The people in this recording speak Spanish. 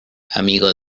amigo